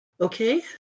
Okay